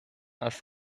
als